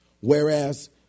whereas